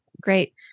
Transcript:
Great